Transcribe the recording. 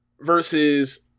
versus